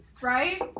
right